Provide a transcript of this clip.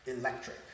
electric